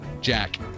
Jack